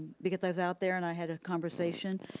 because i was out there, and i had a conversation,